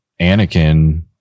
Anakin